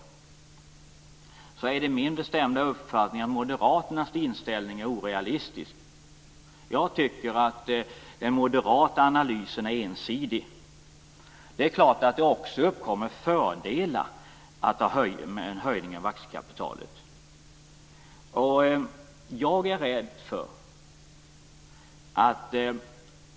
Det är min bestämda uppfattning att Moderaternas inställning är orealistisk. Jag tycker att den moderata analysen är ensidig. Det är klart att det också uppkommer fördelar i och med bestämmelsen om en höjning av aktiekapitalet.